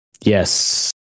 Yes